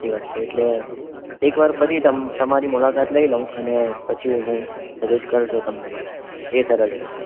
સાચી વાત છે એટલે એકવાર ફરી તમ તમારી મુલાકાત લઈ લઉં અને પછી હું સજેસ્ટ કરજો તમને મને એ સરળ રહેશે